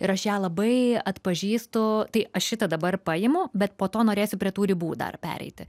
ir aš ją labai atpažįstu tai aš šitą dabar paimu bet po to norėsiu prie tų ribų dar pereiti